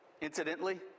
Incidentally